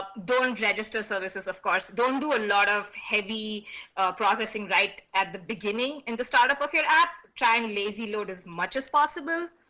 ah don't register services of course, don't do a lot of heavy processing right at the beginning in the startup of your app trying lazy load as much as possible.